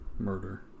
murder